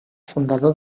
fundador